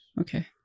Okay